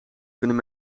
kunnen